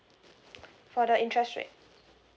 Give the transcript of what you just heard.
for the interest rate